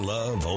Love